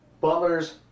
butler's